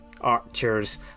archers